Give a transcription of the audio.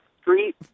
street